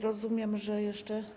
Rozumiem, że jeszcze.